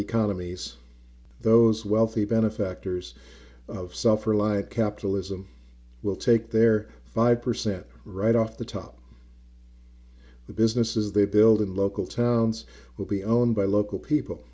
economies those wealthy benefactors of suffer like capitalism will take their five percent right off the top the businesses they build in local towns will be owned by local people